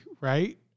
right